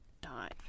die